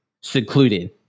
secluded